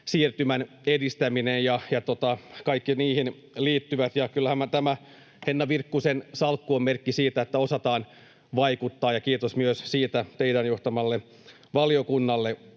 siirtymän edistäminen ja kaikki niihin liittyvät. Kyllähän tämä Henna Virkkusen salkku on merkki siitä, että osataan vaikuttaa, ja kiitos myös siitä teidän johtamallenne valiokunnalle.